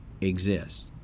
exists